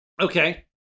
Okay